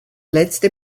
letzte